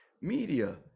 Media